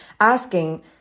asking